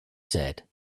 said